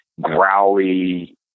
growly